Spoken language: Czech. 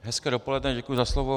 Hezké dopoledne, děkuji za slovo.